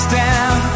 down